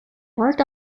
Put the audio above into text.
worked